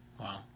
Wow